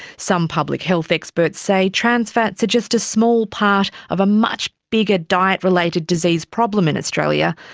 some public health experts say trans fats are just a small part of a much bigger diet-related disease problem in australia,